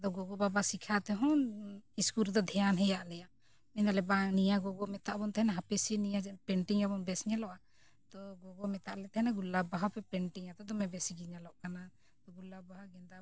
ᱟᱫᱚ ᱜᱚᱜᱚ ᱵᱟᱵᱟ ᱥᱤᱠᱷᱟᱹᱣ ᱛᱮᱦᱚᱸ ᱥᱠᱩᱞ ᱨᱮᱫᱚ ᱫᱷᱮᱭᱟᱱ ᱦᱮᱡ ᱟᱫᱞᱮᱭᱟ ᱢᱮᱱ ᱮᱫᱟᱞᱮ ᱵᱟᱝ ᱱᱤᱭᱟᱹ ᱠᱚᱠᱚ ᱢᱮᱛᱟᱜ ᱵᱚᱱ ᱛᱟᱦᱮᱱᱟ ᱦᱟᱯᱮ ᱥᱮ ᱱᱤᱭᱟᱹ ᱯᱮᱱᱴᱤᱝ ᱟᱵᱚᱱ ᱵᱮᱥ ᱧᱮᱞᱚᱜᱼᱟ ᱛᱚ ᱩᱱᱠᱩ ᱠᱚᱠᱚ ᱢᱮᱛᱟᱜ ᱞᱮ ᱛᱟᱦᱮᱱᱟ ᱜᱩᱞᱟᱯ ᱵᱟᱦᱟ ᱯᱮ ᱯᱮᱱᱴᱤᱝᱟ ᱛᱚ ᱫᱚᱢᱮ ᱵᱮᱥ ᱜᱮ ᱧᱮᱞᱚᱜ ᱠᱟᱱᱟ ᱜᱩᱞᱟᱯ ᱵᱟᱦᱟ ᱜᱮᱸᱫᱟᱜ